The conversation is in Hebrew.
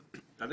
א',